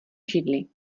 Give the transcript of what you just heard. židli